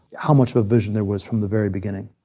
how much of a vision there was from the very beginning.